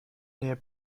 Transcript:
near